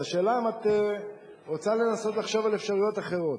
והשאלה אם את רוצה לנסות לחשוב על אפשרויות אחרות.